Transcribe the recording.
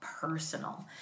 personal